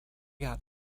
got